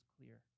clear